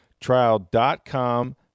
trial.com